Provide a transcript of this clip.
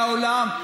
לעולם,